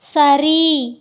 சரி